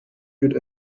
good